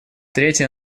третье